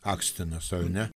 akstinas ar ne